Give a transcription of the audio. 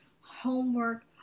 homework